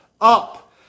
up